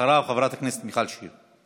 אחריו, חברת הכנסת מיכל שיר.